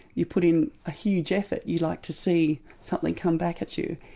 you put in a huge effort, you like to see something come back at you,